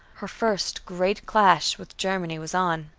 her first great clash with germany was on.